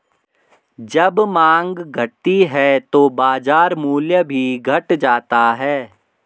जब माँग घटती है तो बाजार मूल्य भी घट जाता है